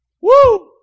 Woo